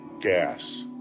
gas